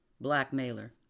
blackmailer